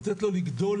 לתת לו לגדול